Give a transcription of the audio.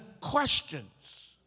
questions